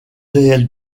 réelle